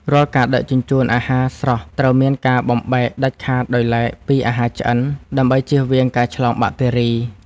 រាល់ការដឹកជញ្ជូនអាហារស្រស់ត្រូវមានការបំបែកដាច់ដោយឡែកពីអាហារឆ្អិន ដើម្បីជៀសវាងការឆ្លងបាក់តេរី។